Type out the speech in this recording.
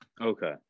Okay